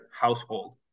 household